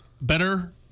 better